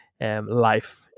life